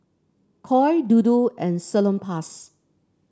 Koi Dodo and Salonpas